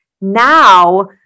Now